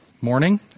morning